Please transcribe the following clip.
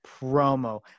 promo